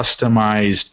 customized